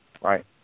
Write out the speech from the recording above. right